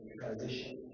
transition